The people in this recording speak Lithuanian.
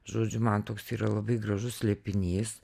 žodžiu man toks yra labai gražus slėpinys